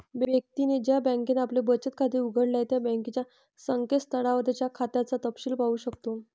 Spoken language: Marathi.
व्यक्तीने ज्या बँकेत आपले बचत खाते उघडले आहे त्या बँकेच्या संकेतस्थळावर त्याच्या खात्याचा तपशिल पाहू शकतो